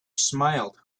smiled